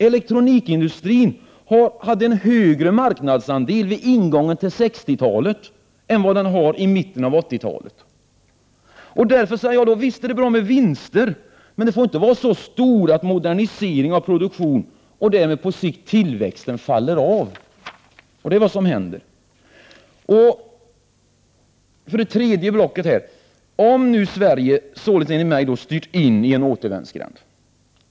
Elektronikindustrin hade en högre marknadsandel vid ingången av 1960-talet än vad den hade i mitten av 1980-talet. Jag säger därför att det är bra med vinster. De får dock inte vara så stora att moderniseringen av produktionen, och därmed på sikt tillväxten, upphör. Det är vad som händer. Kan Sveriges ekonomi, för det tredje, komma på rätta banor igen, om vi såsom jag anser har styrt in i en återvändsgränd?